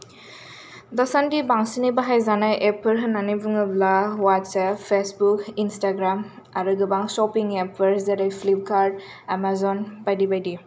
दासान्दि बांसिनै बाहायजानाय एपफोर होन्नानै बुङोब्ला वाथ्स एप फेजबुख इनसटाग्राम आरो गोबां सफिं एपफोर जेरै प्लिफखार्थ एमाजन बायदि बायदि